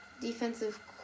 defensive